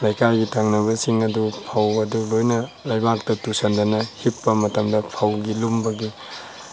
ꯂꯩꯀꯥꯏꯒꯤ ꯊꯪꯅꯕꯁꯤꯡ ꯑꯗꯨ ꯐꯧ ꯑꯗꯨ ꯂꯣꯏꯅ ꯂꯩꯕꯥꯛꯇ ꯇꯨꯁꯟꯗꯅ ꯍꯤꯞꯄ ꯃꯇꯝꯗ ꯐꯧꯒꯤ ꯂꯨꯝꯕꯒꯤ